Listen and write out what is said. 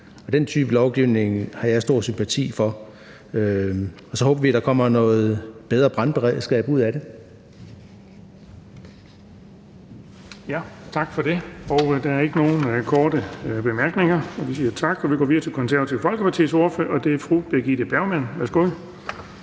Den type lovgivning har jeg stor sympati for. Og så håber vi, at der kommer et bedre brandberedskab ud af det. Kl. 13:03 Den fg. formand (Erling Bonnesen): Tak for det. Der er ikke nogen korte bemærkninger, så vi siger tak og går videre til Det Konservative Folkepartis ordfører, og det er fru Birgitte Bergman. Værsgo.